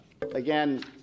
again